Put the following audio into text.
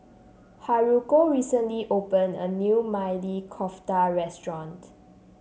Haruko recently opened a new Maili Kofta Restaurant